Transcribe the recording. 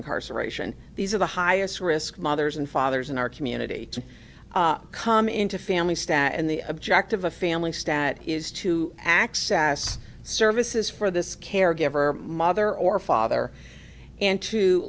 incarceration these are the highest risk mothers and fathers in our community to come into family stat and the object of a family stat is to access services for this caregiver mother or father and to